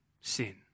Sin